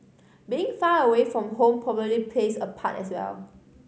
being far away from home probably plays a part as well